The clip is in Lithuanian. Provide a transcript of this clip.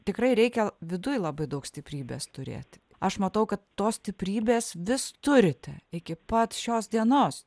tikrai reikia viduj labai daug stiprybės turėti aš matau kad tos stiprybės vis turite iki pat šios dienos